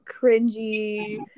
cringy